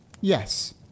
Yes